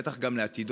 ובטח גם לעתידו,